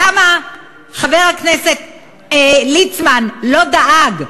למה חבר הכנסת ליצמן לא דאג?